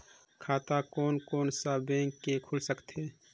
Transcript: खाता कोन कोन सा बैंक के खुल सकथे?